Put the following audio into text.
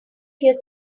here